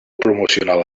promocional